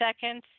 seconds